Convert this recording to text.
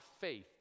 faith